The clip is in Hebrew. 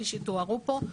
כפי שתוארו פה,